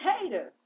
Haters